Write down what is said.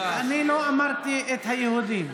אני לא אמרתי "את היהודים".